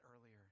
earlier